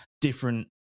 different